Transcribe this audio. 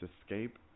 escape